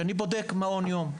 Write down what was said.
כשאני בודק מעון יום,